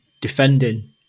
defending